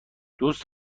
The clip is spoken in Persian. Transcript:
دوست